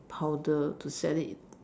powder to set it